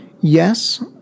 Yes